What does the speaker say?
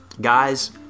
Guys